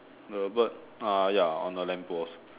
the bird uh ya on the lamppost